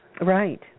Right